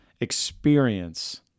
experience